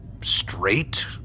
straight